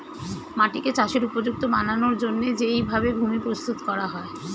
মাটিকে চাষের উপযুক্ত বানানোর জন্যে যেই ভাবে ভূমি প্রস্তুত করা হয়